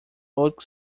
oak